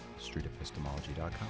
streetepistemology.com